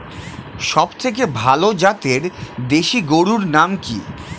সবথেকে ভালো জাতের দেশি গরুর নাম কি?